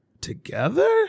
Together